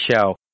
show